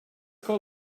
call